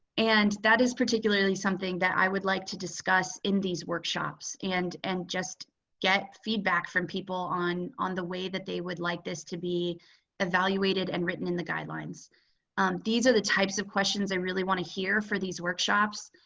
and that is particularly something that i would like to discuss in these workshops and and just get feedback from people on on the way that they would like this to be evaluated and written in the guidelines. rachael peabody these are the types of questions i really want to hear for these workshops